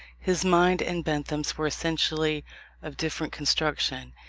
his mind and bentham's were essentially of different construction.